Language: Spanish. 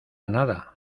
nada